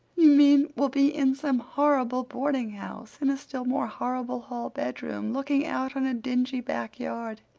you mean we'll be in some horrible boardinghouse, in a still more horrible hall bedroom, looking out on a dingy back yard.